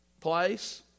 place